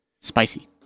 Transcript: Spicy